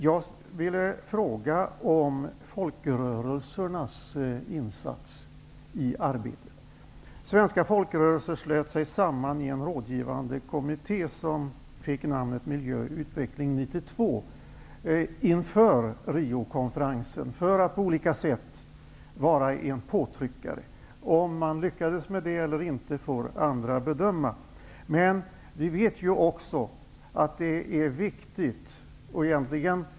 Svenska folkrörelser slöt sig inför Riokonferensen samman i en rådgivande kommitté, som fick namnet Miljö och utveckling 92, för att på olika sätt fungera som påtryckare. Om man lyckades med det eller inte får andra bedöma.